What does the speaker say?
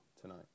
tonight